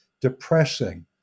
depressing